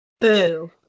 Boo